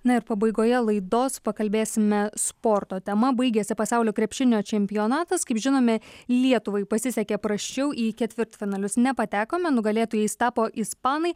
na ir pabaigoje laidos pakalbėsime sporto tema baigėsi pasaulio krepšinio čempionatas kaip žinome lietuvai pasisekė prasčiau į ketvirtfinalius nepatekome nugalėtojais tapo ispanai